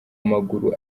amaguru